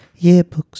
Yearbooks